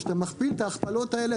כשאתה מכפיל את ההכפלות האלה,